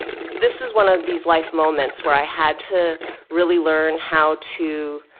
this is one of these life moments where i had to really learn how to